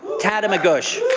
tatamagoush,